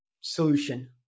solution